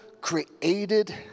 created